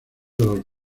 los